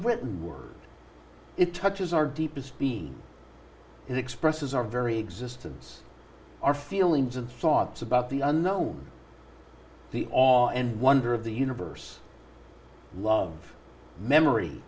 britain work it touches our deepest being and expresses our very existence our feelings and thoughts about the unknown the all and wonder of the universe love memory